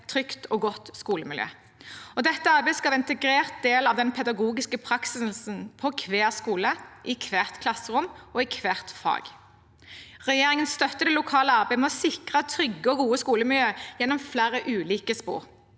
trygt og godt skolemiljø. Dette arbeidet skal være en integrert del av den pedagogiske praksisen på hver skole, i hvert klasserom og i hvert fag. Regjeringen støtter det lokale arbeidet med å sikre trygge og gode skolemiljø gjennom flere ulike spor.